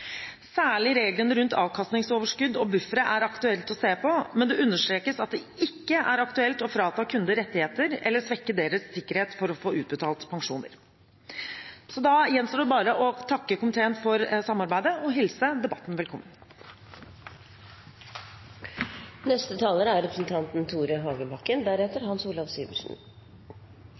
Særlig reglene rundt avkastningsoverskudd og buffere er det aktuelt å se på, men det understrekes at det ikke er aktuelt å frata kunder rettigheter eller å svekke deres sikkerhet for å få utbetalt pensjoner. Da gjenstår det bare å takke komiteen for samarbeidet og hilse debatten velkommen.